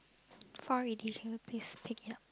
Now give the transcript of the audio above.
fall already can you please pick it up